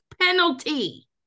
penalty